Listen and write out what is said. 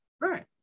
Right